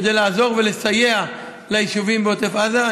כדי לעזור ולסייע ליישובים בעוטף עזה.